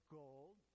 gold